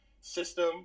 system